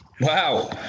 Wow